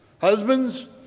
Husbands